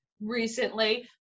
Recently